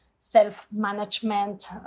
self-management